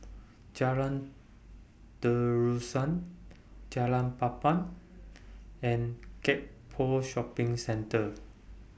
Jalan Terusan Jalan Papan and Gek Poh Shopping Centre